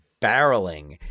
barreling